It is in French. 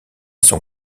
son